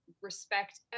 respect